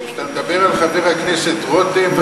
כשאתה מדבר על חבר הכנסת רותם,